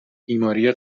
بیماری